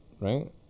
Right